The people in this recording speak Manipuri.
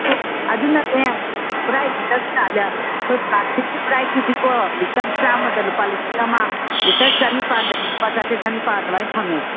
ꯑꯗꯨꯅꯅꯦ ꯕ꯭ꯔꯥꯏꯠ ꯑꯩꯈꯣꯏ ꯄ꯭ꯂꯥꯁꯇꯤꯛꯀꯤ ꯕ꯭ꯔꯥꯏꯠꯇꯨꯗꯤꯇꯣ ꯂꯤꯇꯔ ꯆꯥꯝꯃꯗ ꯂꯨꯄꯥ ꯂꯤꯁꯤꯡ ꯑꯃ ꯂꯤꯇꯔ ꯆꯅꯤꯄꯥꯟꯗꯁꯨ ꯂꯨꯄꯥ ꯆꯥꯇ꯭ꯔꯦꯠ ꯆꯅꯤꯄꯥꯟ ꯑꯗꯨꯃꯥꯏꯅ ꯐꯪꯉꯦ